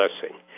blessing